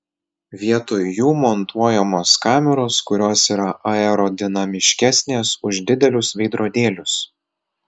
vietoj jų montuojamos kameros kurios yra aerodinamiškesnės už didelius veidrodėlius